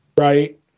right